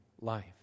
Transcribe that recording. life